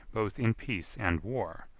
both in peace and war,